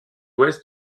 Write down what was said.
ouest